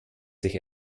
sich